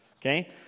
okay